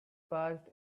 passed